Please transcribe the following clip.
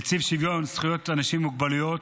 נציב שוויון זכויות לאנשים עם מוגבלויות,